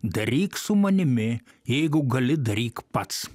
daryk su manimi jeigu gali daryk pats